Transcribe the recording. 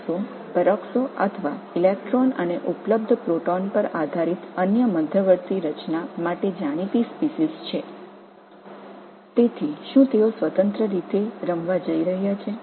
கிடைக்கக்கூடிய எலக்ட்ரான் மற்றும் புரோட்டானின் அடிப்படையில் சூப்பர்ஆக்ஸோ பெராக்சோ அல்லது பிற இடைநிலைகளை உருவாக்குவதற்கு இவை அறியப்பட்ட இனங்கள்